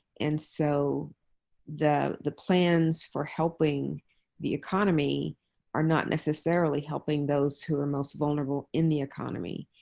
and so the the plans for helping the economy are not necessarily helping those who are most vulnerable in the economy.